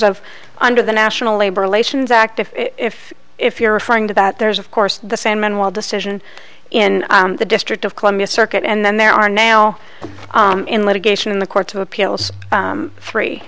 of under the national labor relations act if if if you're referring to that there's of course the sandman well decision in the district of columbia circuit and then there are now in litigation in the courts of appeals three